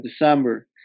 December